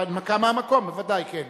הנמקה מהמקום, בוודאי, כן.